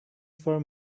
for